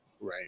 Right